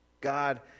God